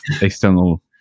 external